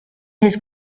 his